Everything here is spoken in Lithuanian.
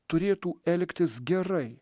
turėtų elgtis gerai